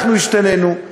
אנחנו השתנינו,